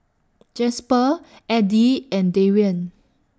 Jasper Edie and Darien